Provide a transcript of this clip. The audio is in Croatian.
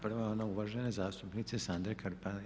Prva je ona uvažene zastupnice Sandre Krpan.